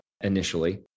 initially